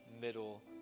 middle